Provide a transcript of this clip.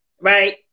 right